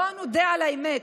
בואו נודה על האמת,